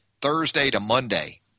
Thursday-to-Monday